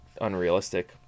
unrealistic